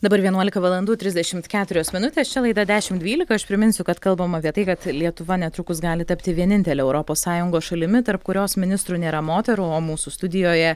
dabar vienuolika valandų trisdešimt keturios minutės čia laida dešim dvylika aš priminsiu kad kalbam apie tai kad lietuva netrukus gali tapti vienintele europos sąjungos šalimi tarp kurios ministrų nėra moterų o mūsų studijoje